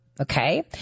Okay